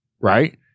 right